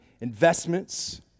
investments